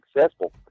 successful